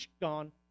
gone